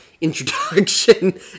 introduction